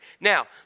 Now